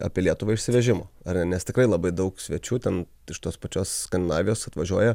apie lietuvą išsivežimo ar ne nes tikrai labai daug svečių ten iš tos pačios skandinavijos atvažiuoja